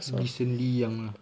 decently young lah